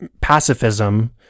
pacifism